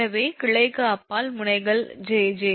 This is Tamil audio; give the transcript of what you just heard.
எனவே கிளைக்கு அப்பால் முனைகள் 𝑗𝑗